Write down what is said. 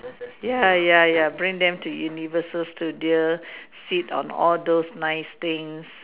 ya ya ya bring them to universal studio sit on all those nice things